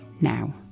now